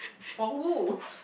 for who